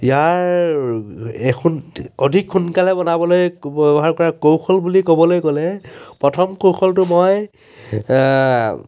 ইয়াৰ এখন অধিক সোনকালে বনাবলৈ ব্যৱহাৰ কৰা কৌশল বুলি ক'বলৈ গ'লে প্ৰথম কৌশলটো মই